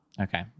Okay